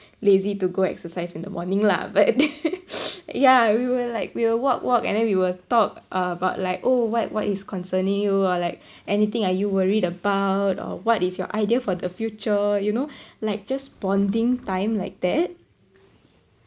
lazy to go exercise in the morning lah but ya we will like we will walk walk and then we will talk uh about like oh what what is concerning you or like anything are you worried about or what is your idea for the future you know like just bonding time like that